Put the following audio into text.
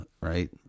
right